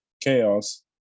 chaos